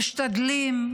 משתדלים,